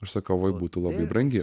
užsakovui būtų labai brangi